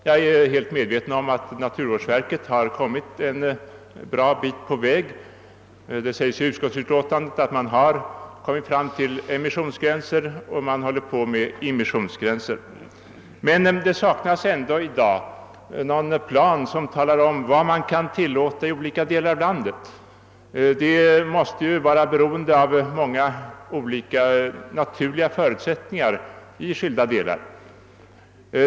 Jag är fullt medveten om att naturvårdsverket kommit en bra bit på väg. Det sägs i utlåtandet att man har kommit fram till emissionsgränsen och att man håller på med immissionsgränsen. Men det saknas ändå i dag en plan som talar om vad man kan tillåta i olika delar av landet. Det måste vara beroende av många olika naturliga förutsättningar i skilda delar.